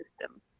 system